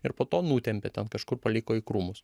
ir po to nutempė ten kažkur paliko į krūmus